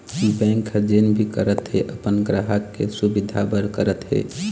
bank ह जेन भी करत हे अपन गराहक के सुबिधा बर करत हे